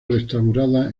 restaurada